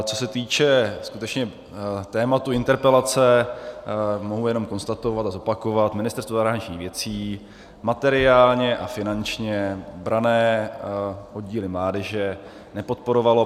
Co se týče skutečně tématu interpelace, mohu jenom konstatovat a zopakovat, že Ministerstvo zahraničních věcí materiálně a finančně Branné oddíly mládeže nepodporovalo.